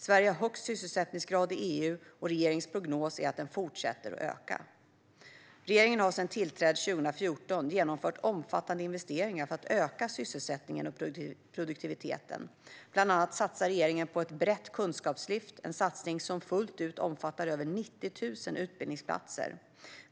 Sverige har högst sysselsättningsgrad i EU, och regeringens prognos är att den fortsätter att öka. Regeringen har sedan tillträdet 2014 genomfört omfattande investeringar för att öka sysselsättningen och produktiviteten. Bland annat satsar regeringen på ett brett kunskapslyft, en satsning som fullt utbyggd omfattar över 90 000 utbildningsplatser.